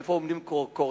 איפה עומדות קוריאה-הדרומית,